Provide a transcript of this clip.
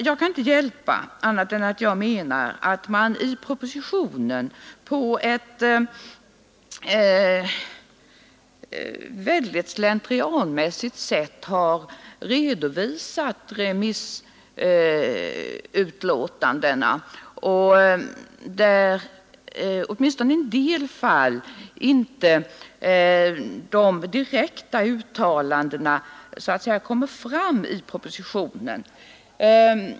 Jag kan inte hjälpa att jag anser att remissutlåtandena har redovisats mycket slentrianmässigt i propositionen, och åtminstone i en del fall kommer inte de direkta uttalandena fram i propositionen.